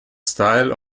style